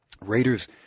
Raiders